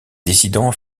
dissidents